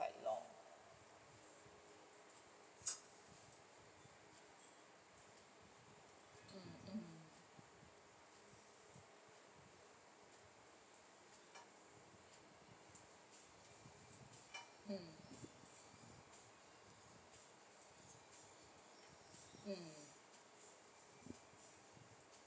quite long mm mm mm mm